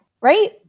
right